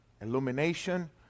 illumination